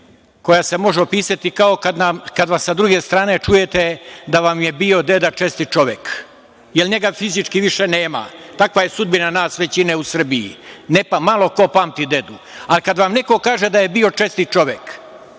koja se može opisati kao kad sa druge strane čujete da vam je bio deda čestit čovek, jer njega fizički više nema. Takva je sudbina nas većine u Srbiji. Malo ko pamti dedu. A, kad vam neko kaže da je bio čestit čovek,